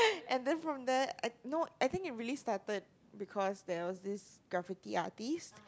and then from there no I think it really started because there was this graffiti artist